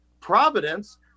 Providence